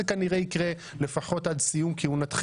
לפחות יקרה כנראה לפחות עד סיום כהונתכם.